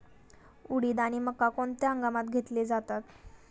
उडीद आणि मका कोणत्या हंगामात घेतले जातात?